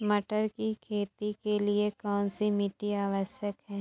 मटर की खेती के लिए कौन सी मिट्टी आवश्यक है?